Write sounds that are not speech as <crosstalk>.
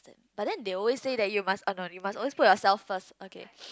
but then they always say that you must oh no you must always put yourself first okay <noise>